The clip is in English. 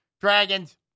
Dragons